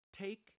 take